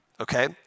Okay